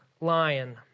Lion